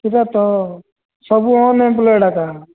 ସେଟା ତ ସବୁ ଅନ୍ଏମ୍ପ୍ଲଏଡ଼୍ ଆକା